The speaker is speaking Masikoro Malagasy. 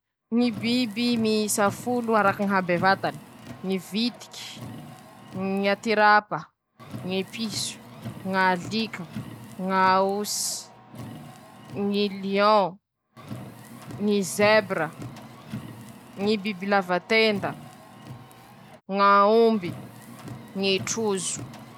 <...>Ndreto moa ñy toetsy tsy manam-paharoe anañany ñy horita: -Manahaky anizay ñy fanavany ñy vava raiky. La mana-danja aminy vava raiky anañan'iñy, iñy avao ro inanany hany, -Manahaky anizay koa ñy horita biby mahay mamoro o, maro ñy raha hainy, -Manahaky i mipetraky andriaky eñy iñie, lafa i hiteraky, -Mana ñy fomba fiterahany ko'eie, ñy vaviny ñy horita zay.<...>